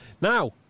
Now